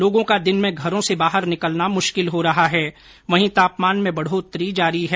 लोगों का दिन में घरों से बाहर निकलना मुश्किल हो रहा है वहीं तापमान में बढोतरी जारी है